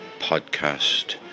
podcast